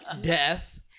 death